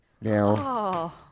Now